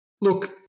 Look